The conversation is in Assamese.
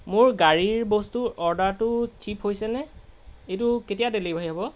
মোৰ গাড়ীৰৰ বস্তুৰ অৰ্ডাৰটো শ্বিপ হৈছেনে এইটো কেতিয়া ডেলিভাৰী হ'ব